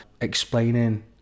explaining